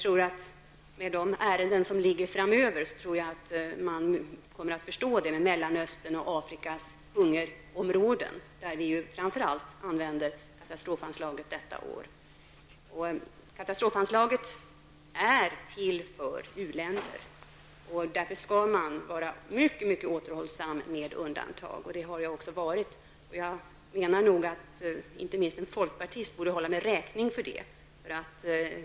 Med de ärenden som kommer framöver med hungerområdena i Afrika och Mellanöstern tror jag att man kan förstå det. Det är framför allt för dessa områden vi använder katastrofanslaget detta år. Katastrofanslaget är till för u-länder. Därför skall man vara mycket återhållsam med undantag. Det har jag också varit. Inte minst en folkpartist borde hålla mig räkning för det.